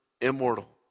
immortal